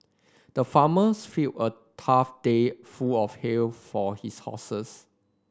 the farmers filled a tough day full of hay for his horses